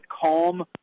calm